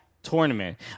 tournament